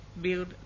build